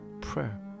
prayer